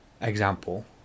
example